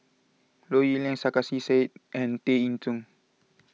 Low Yen Ling Sarkasi Said and Tay Eng Soon